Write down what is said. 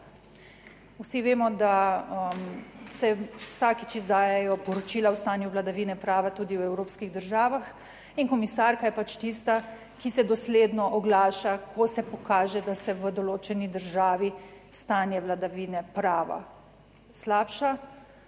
Vsi vemo, da se vsakič izdajajo poročila o stanju vladavine prava tudi v evropskih državah in komisarka je tista, ki se dosledno oglaša, ko se pokaže, da se v določeni državi stanje vladavine prava slabša,